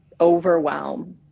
overwhelm